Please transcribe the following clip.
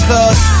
Cause